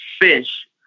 fish